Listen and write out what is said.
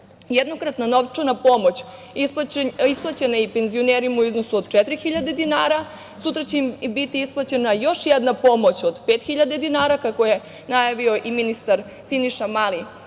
sektoru. Jednokratna novčana pomoć je isplaćena i penzionerima u iznosu od 4.000 dinara, sutra će im biti isplaćena još jedna pomoć od 5.000 dinara, kako je najavio i ministar Siniša Mali